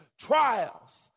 trials